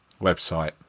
website